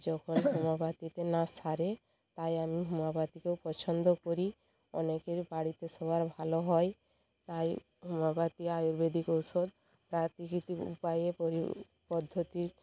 যখন হোমিওপ্যাথিতে না সারে তাই আমি হোমিওপ্যাথিকেও পছন্দ করি অনেকের বাড়িতে সবার ভালো হয় তাই হোমিওপ্যাথি আয়ুর্বেদিক ঔষধ প্রাকৃতিক উপায়ে পরি পদ্ধতির